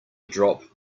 drop